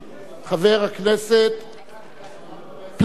חבר הכנסת פלסנר.